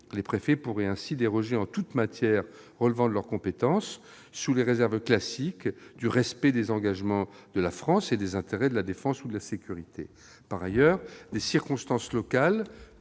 Les préfets pourraient ainsi déroger en toutes matières relevant de leurs compétences, sous les réserves classiques du respect des engagements de la France et des intérêts de la défense ou de la sécurité. Par ailleurs, les « circonstances locales